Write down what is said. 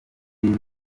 radio